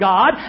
God